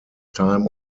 time